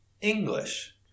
English